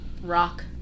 rock